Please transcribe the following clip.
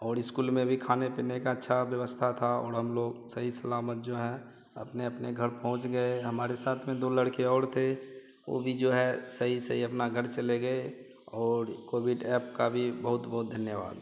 और इस्कुल में भी खाने पीने की अच्छी व्यवस्था थी और हम लोग सही सलामत जो है अपने अपने घर पहुँच गए हमारे साथ में दो लड़के और थे वे भी अपना जो है सही सही अपने घर चले गए और कोविड एप का भी बहुत बहुत धन्यवाद